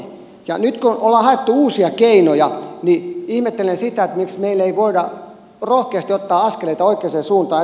nyt kun on haettu uusia keinoja niin ihmettelen sitä miksi meillä ei voida rohkeasti ottaa askeleita oikeaan suuntaan